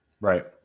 Right